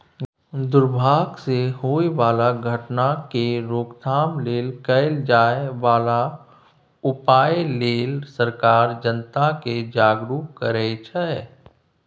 दुर्भाग सँ होए बला घटना केर रोकथाम लेल कएल जाए बला उपाए लेल सरकार जनता केँ जागरुक करै छै